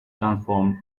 transformed